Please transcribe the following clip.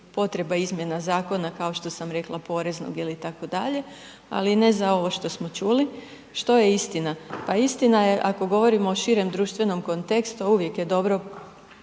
potreba izmjena zakona kao što sam rekla Poreznog itd., ali ne za ovo što smo čuli. Što je istina? Pa istina je ako govorimo o širem društvenom kontekstu, a uvijek je dobro